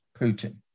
Putin